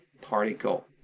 particle